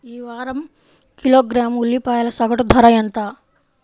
ఈ వారం కిలోగ్రాము ఉల్లిపాయల సగటు ధర ఎంత?